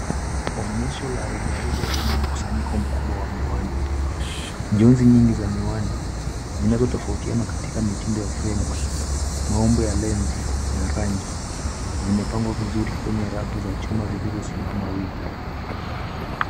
Onyesho la rejareja lenye mkusanyiko mkubwa wa miwani. Jonzi nyingi za miwani, zinazotofautiana katika mitindo ya fremu, maumbo ya lensi na rangi zimepangwa vizuri kwenye rafu za chuma zilizosimama wima.